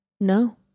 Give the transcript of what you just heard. No